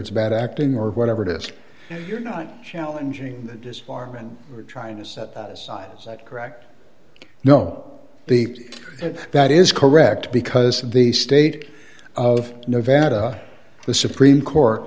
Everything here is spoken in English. it's bad acting or whatever it is you're not challenging the disbarment or trying to set aside that correct you know the that is correct because the state of nevada the supreme court